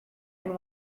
and